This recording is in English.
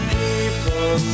people